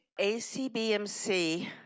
ACBMC